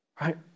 Right